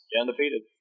undefeated